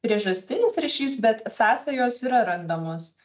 priežastinis ryšys bet sąsajos yra randamos